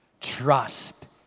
trust